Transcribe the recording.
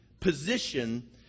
position